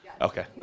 Okay